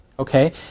Okay